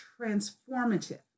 transformative